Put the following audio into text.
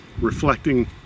reflecting